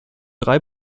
drei